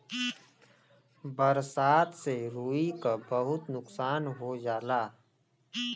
बरसात से रुई क बहुत नुकसान हो जाला